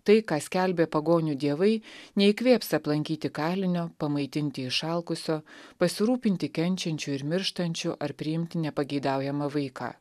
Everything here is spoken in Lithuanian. tai ką skelbė pagonių dievai neįkvėps aplankyti kalinio pamaitinti išalkusio pasirūpinti kenčiančiu ir mirštančiu ar priimti nepageidaujamą vaiką